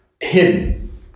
hidden